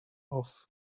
off